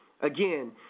Again